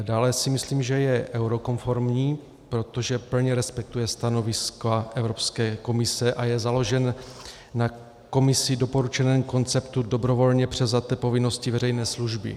Dále si myslím, že je eurokonformní, protože plně respektuje stanoviska Evropské komise a je založen na Komisí doporučeném konceptu dobrovolně převzaté povinnosti veřejné služby.